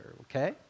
okay